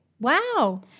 wow